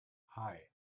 hei